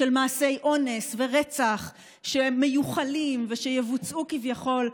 של מעשי אונס ורצח שמיוחלים ושיבוצעו כביכול.